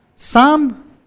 Psalm